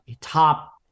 top